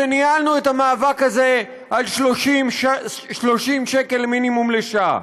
כשניהלנו את המאבק הזה על 30 שקל מינימום לשעה.